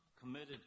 committed